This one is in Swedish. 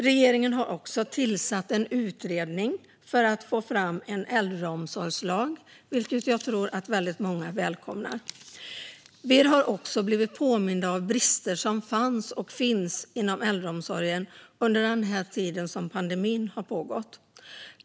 Regeringen har också tillsatt en utredning för att få fram en äldreomsorgslag, vilket jag tror att väldigt många välkomnar. Vi har också blivit påminda om brister som fanns och finns inom äldreomsorgen under den tid som pandemin har pågått.